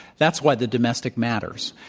that's why the domestic matters.